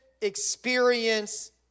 Experience